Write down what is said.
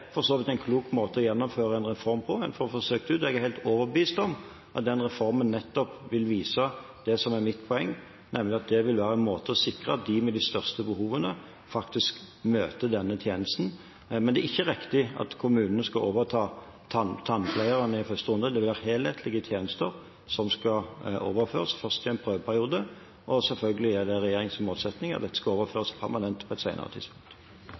for så vidt en klok måte å gjennomføre en reform på. En får prøvd det ut, og jeg er helt overbevist om at den reformen nettopp vil vise det som er mitt poeng, nemlig at det vil være en måte å sikre at de med de største behovene, faktisk møter denne tjenesten. Men det er ikke riktig at kommunene skal overta tannpleierne i første runde. Det vil være helhetlige tjenester som skal overføres, først i en prøveperiode, og selvfølgelig er det regjeringens målsetting at dette skal overføres permanent på et senere tidspunkt.